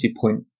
point